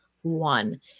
One